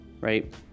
right